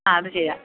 അത് ചെയ്യാം